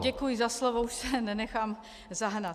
Děkuji za slovo, už se nenechám zahnat.